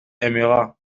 aimera